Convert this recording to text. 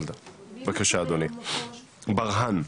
בזום, בבקשה, אדוני ברהן.